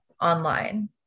online